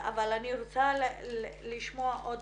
אבל אני רוצה לשמוע עוד